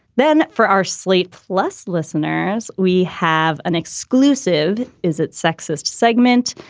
then for our slate plus listeners. we have an exclusive. is it sexist? segment.